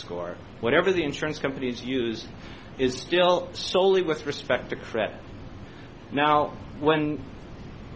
score whatever the insurance companies use is still soley with respect to credit now when